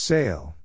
Sale